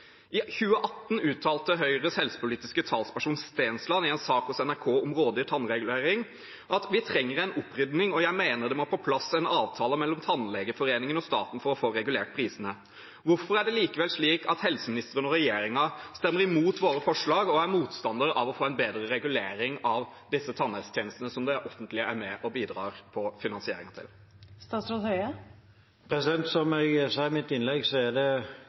I 2018 uttalte Høyres helsepolitiske talsperson, Stensland, i en sak hos NRK om rådyr tannregulering følgende: «Vi trenger en opprydning, og jeg mener det må på plass en avtale mellom tannlegeforeningen og staten for å få regulert prisene.» Hvorfor er det likevel slik at helseministeren og regjeringen er imot våre forslag og er motstandere av å få en bedre regulering av disse tannhelsetjenestene som det offentlige er med og bidrar til finansieringen av? Som jeg sa i mitt innlegg, er det klokt at forslag og tiltak ses i en større sammenheng. Det er også det